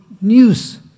news